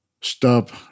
stop